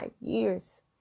years